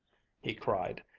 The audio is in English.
he cried.